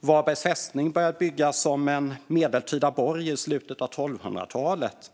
Varbergs fästning började byggas som en medeltida borg i slutet av 1200-talet.